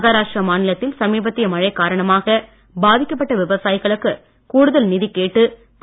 மகாராஷ்டிரா மாநிலத்தில் சமீபத்திய மழை காரணமாக பாதிக்கப்பட்ட விவசாயிகளுக்கு கூடுதல் நிதி கேட்டு திரு